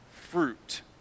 fruit